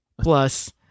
plus